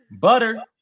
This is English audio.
Butter